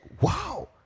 Wow